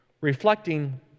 Reflecting